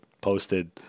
posted